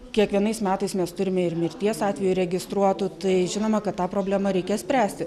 kiekvienais metais mes turime ir mirties atvejų įregistruotų tai žinoma kad tą problemą reikia spręsti